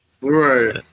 right